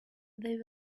they